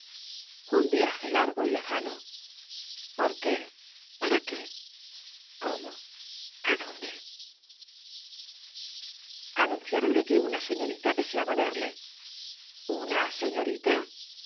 un viaje largo y lejano por qué para qué cómo adónde anunciáronle que una señorita deseaba verle una señorita